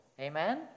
Amen